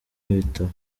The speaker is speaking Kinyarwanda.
n’ibitabo